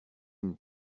une